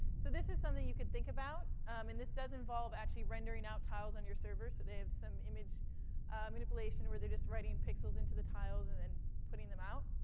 so this is something you could think about, and this does involve actually rendering out tiles on your server, so they have some image manipulation, where they're just writing pixels into the tiles, and then putting them out.